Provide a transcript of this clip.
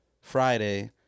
Friday